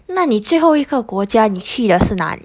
那你最后一个国家你去了是哪里